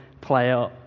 player